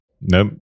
Nope